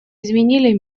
изменили